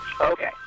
Okay